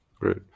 great